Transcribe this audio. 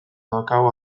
akabo